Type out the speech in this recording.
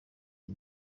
iyi